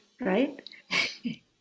right